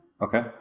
Okay